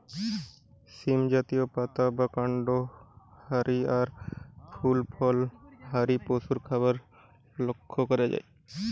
সীম জাতীয়, পাতা বা কান্ড হারি আর ফুল ফল হারি পশুর খাবার লক্ষ করা যায়